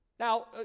Now